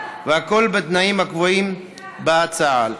והכול בתנאים הקבועים בהצעה.